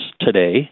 today